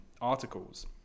articles